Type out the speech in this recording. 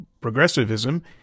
progressivism